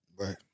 Right